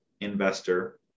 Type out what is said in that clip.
investor